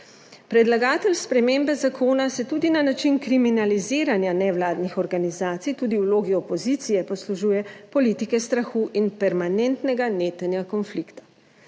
Predlagatelj spremembe zakona se tudi na način kriminaliziranja nevladnih organizacij tudi v vlogi opozicije poslužuje politike strahu in permanentnega netenja konflikta.